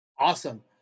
Awesome